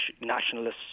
nationalists